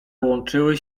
łączyły